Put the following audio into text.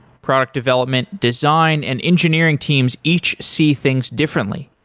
product development design and engineering teams each see things differently.